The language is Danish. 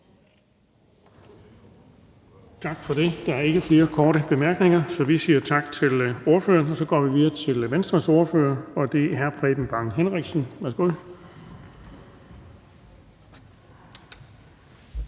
Tak for det. Der er ikke flere korte bemærkninger, så vi siger tak til ordføreren. Vi går videre til Venstres ordfører, og det er hr. Preben Bang Henriksen. Værsgo.